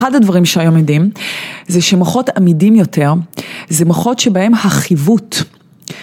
אחד הדברים שהיום יודעים זה שמוחות עמידים יותר זה מוחות שבהן החיווט